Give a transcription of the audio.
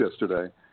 yesterday